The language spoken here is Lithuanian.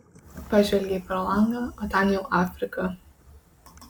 pažvelgei pro langą o ten jau afrika